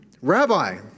Rabbi